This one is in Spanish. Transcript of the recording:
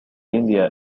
india